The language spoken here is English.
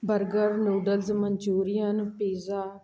burger noodles manchurian pizza